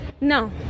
No